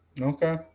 Okay